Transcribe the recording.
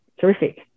terrific